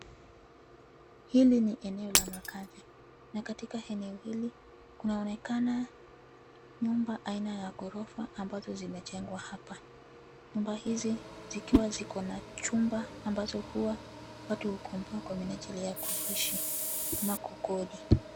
Hili ni eneo la makazi, na katika eneo hili kuna onekana nyumba aina ya ghorofa ambazo zimejengwa hapa. Nyumba hizi zikiwa zikona chumba ambazo huwa watu hukomboa kwa minajili ya kuishi ama kukodi.